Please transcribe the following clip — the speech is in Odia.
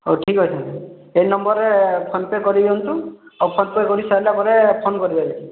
ହଉ ଠିକ୍ ଅଛି ଏହି ନମ୍ବର ରେ ଫୋନ ପେ କରିଦିଅନ୍ତୁ ଆଉ ଫୋନ ପେ କରିସାରିଲା ପରେ ଫୋନ କରିବେ